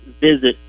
visit